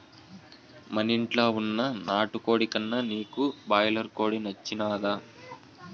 మనింట్ల వున్న నాటుకోడి కన్నా నీకు బాయిలర్ కోడి నచ్చినాదా